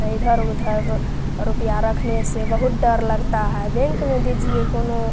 और इधर उधर रुपया रखने में बहुत डर लगता है बैंक में दीजिए कोनो